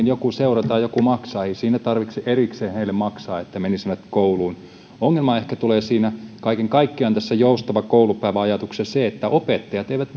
joku seura tai joku maksaa eikä tarvitse erikseen heille maksaa että he menisivät kouluun ongelma ehkä tulee kaiken kaikkiaan siinä joustava koulupäivä ajatuksessa siitä että opettajat eivät